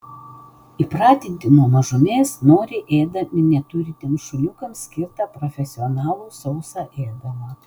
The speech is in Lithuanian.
įpratinti nuo mažumės noriai ėda miniatiūriniams šuniukams skirtą profesionalų sausą ėdalą